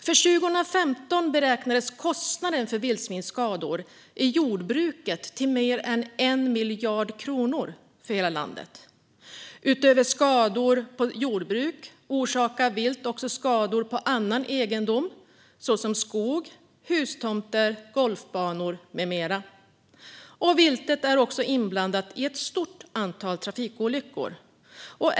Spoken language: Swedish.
För 2015 beräknades kostnaden för vildsvinsskador i jordbruket till mer än 1 miljard kronor för hela landet. Utöver skador på jordbruk orsakar vilt också skador på annan egendom, såsom skog, hustomter och golfbanor. Viltet är också inblandat i ett stort antal trafikolyckor.